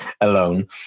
alone